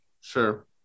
sure